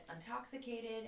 intoxicated